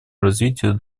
развитию